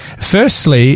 Firstly